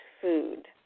food